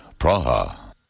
Praha